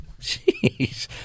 Jeez